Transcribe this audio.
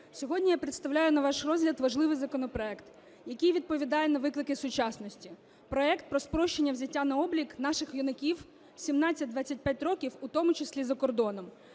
сьогодні я представляю на ваш розгляд важливий законопроект, який відповідає на виклики сучасності, – проект про спрощення взяття на облік наших юнаків 17-25, в тому числі за кордоном.